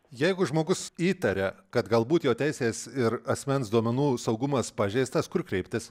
jeigu žmogus įtaria kad galbūt jo teisės ir asmens duomenų saugumas pažeistas kur kreiptis